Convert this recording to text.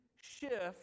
shift